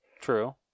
True